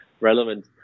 relevant